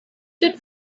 did